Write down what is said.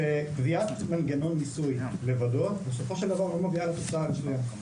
שקביעת מנגנון ניסוי לבדו בסופו של דבר לא מביאה לתוצאה הרצויה.